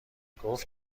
گفت